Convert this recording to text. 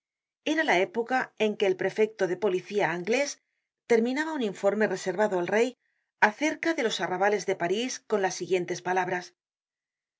era la época en que el prefecto de policía anglés terminaba un informe reservado al rey acerca de los arrabales de parís con las siguientes palabras